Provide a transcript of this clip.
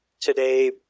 today